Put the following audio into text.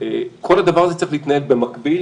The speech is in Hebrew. וכל הדבר הזה צריך להתנהל במקביל,